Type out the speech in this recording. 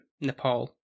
nepal